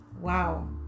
Wow